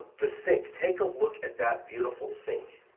the sink, take a look at that beautiful sink.